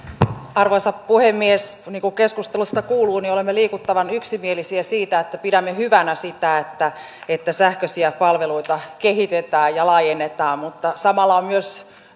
arvoisa puhemies niin kuin keskustelusta kuuluu olemme liikuttavan yksimielisiä siitä että pidämme hyvänä sitä että että sähköisiä palveluita kehitetään ja laajennetaan mutta samalla on myös